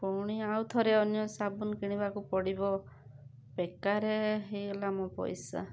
ପୁଣି ଆଉଥରେ ଅନ୍ୟ ସାବୁନ୍ କିଣିବାକୁ ପଡ଼ିବ ବେକାରେ ହେଇଗଲା ମୋ ପଇସା